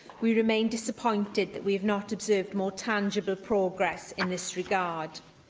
we remain disappointed that we have not observed more tangible progress in this regard.